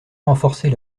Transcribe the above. renforcer